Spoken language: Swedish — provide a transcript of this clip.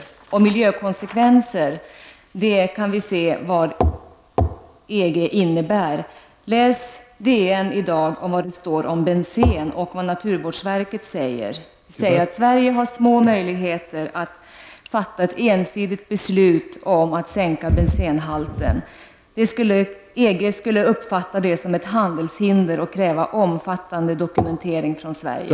När det gäller miljökonsekvenser kan vi se vad EG innebär. Läs DN i dag och se vad det står om bensen och vad naturvårdsverket säger! Man säger att Sverige har små möjligheter att fatta ett ensidigt beslut om att sänka bensenhalten. EG skulle uppfatta det som ett handelshinder och kräva omfattande dokumentering från Sverige.